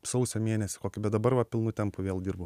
sausio mėnesį kokį bet dabar va pilnu tempu vėl dirbu